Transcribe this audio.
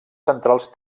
centrals